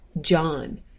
John